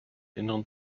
inneren